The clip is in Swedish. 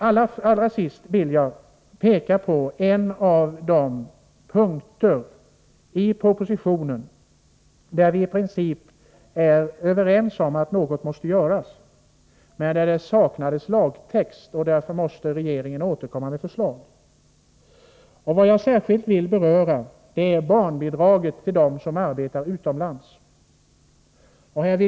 Allra sist vill jag peka på en av de punkter i propositionen där vi i princip är överens om att något måste göras, men där det saknades lagtext, varför regeringen måste återkomma med förslag. Vad jag särskilt vill beröra är barnbidragen när det gäller dem som arbetar utomlands.